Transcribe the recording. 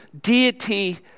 deity